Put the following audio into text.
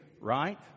right